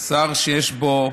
שר שיש בו,